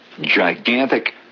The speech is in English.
gigantic